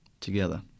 together